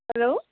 hello